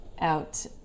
out